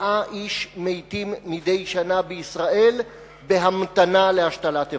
100 איש מתים מדי שנה בישראל בהמתנה להשתלת איברים.